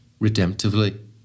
redemptively